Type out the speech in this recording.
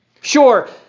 Sure